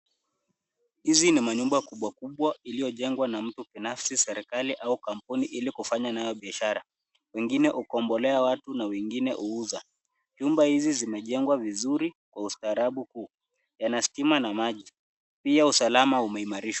Hizi na manyumba kubwa kubwa iliyojengwa na mtu binafsi, serikali au kampuni ili kufanya nayo biashara. Wengine hukombolea watu na wengine huuza. Nyumba hizi zimejengwa vizuri, kwa ustaarabu kuu. Yana stima na maji. Pia usalama umeimarishwa.